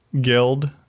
guild